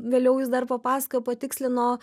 vėliau jis dar papasakojo patikslino